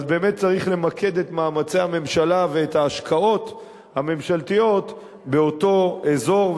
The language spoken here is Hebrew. אז באמת צריך למקד את מאמצי הממשלה ואת ההשקעות הממשלתיות באותו אזור.